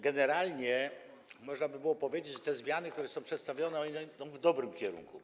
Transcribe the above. Generalnie można by było powiedzieć, że zmiany, które zostały przedstawione, idą w dobrym kierunku.